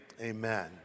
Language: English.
amen